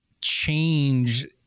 change